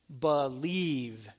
believe